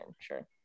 sure